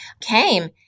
came